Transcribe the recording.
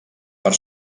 per